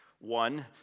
One